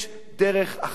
יש דרך אחת,